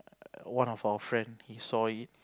one of our friend he saw it